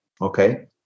Okay